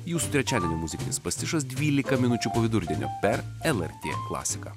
jūsų trečiadienio muzikinis pastišas dvylika minučių po vidurdienio per lrt klasiką